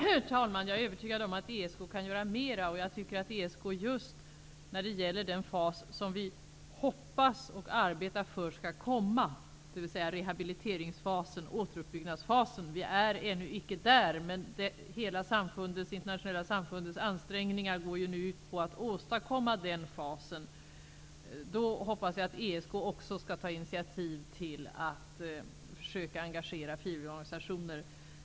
Herr talman! Jag är övertygad om att ESK kan göra mera, och jag tycker att ESK arbetar för den fas som vi hoppas skall komma -- dvs. rehabiliteringsfasen, återuppbyggnadsfasen. Vi är ännu icke där, men hela det internationella samfundets ansträngningar går ju nu ut på att åstadkomma den fasen. Då hoppas jag att också ESK tar initiativ när det gäller att försöka engagera frivilligorganisationer.